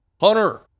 Hunter